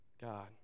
God